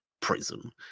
prison